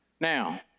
Now